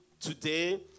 today